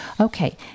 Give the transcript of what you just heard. Okay